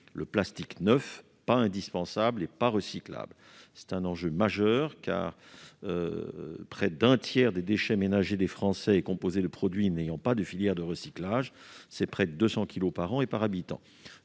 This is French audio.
le plastique neuf, non indispensable et non recyclable. C'est un enjeu majeur, car près d'un tiers des déchets ménagers des Français sont composés de produits n'ayant pas de filière de recyclage, soit environ 200 kilogrammes par an et par habitant.